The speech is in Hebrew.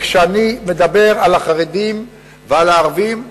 וכשאני מדבר על החרדים ועל הערבים,